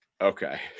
Okay